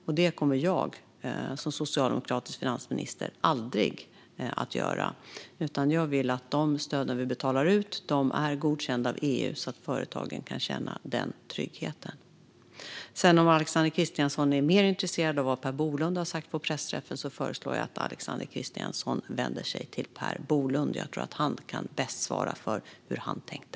Så kommer jag som socialdemokratisk finansminister aldrig att göra, utan jag vill att de stöd vi betalar ut ska vara godkända av EU så att företagen kan känna den tryggheten. Om Alexander Christiansson är intresserad av vad mer Per Bolund sa på pressträffen föreslår jag att Alexander Christiansson vänder sig till Per Bolund. Jag tror att han bäst kan svara på hur han tänkte.